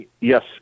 Yes